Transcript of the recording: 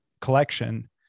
collection